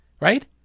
right